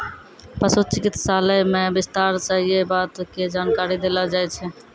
पशु चिकित्सालय मॅ विस्तार स यै बात के जानकारी देलो जाय छै